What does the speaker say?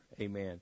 Amen